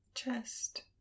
chest